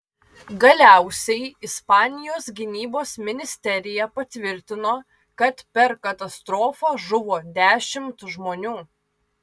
galiausiai ispanijos gynybos ministerija patvirtino kad per katastrofą žuvo dešimt žmonių